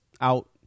out